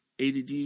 ADD